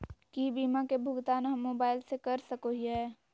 की बीमा के भुगतान हम मोबाइल से कर सको हियै?